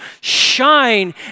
shine